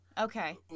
Okay